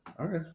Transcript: okay